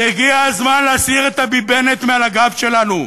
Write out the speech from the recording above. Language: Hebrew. והגיע הזמן להסיר את הגיבנת מעל הגב שלנו,